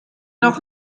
noch